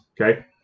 okay